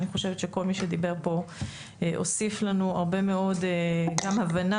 אני חושבת שכל מי שדיבר פה הוסיף לנו הרבה מאוד גם הבנה